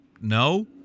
no